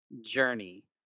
Journey